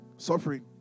suffering